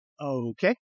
Okay